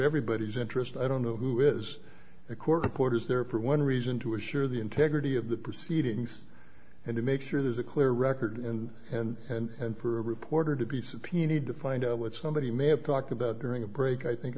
everybody's interest i don't know who is a court reporters there for one reason to assure the integrity of the proceedings and to make sure there's a clear record and and for a reporter to be subpoenaed to find out what somebody may have talked about during a break i think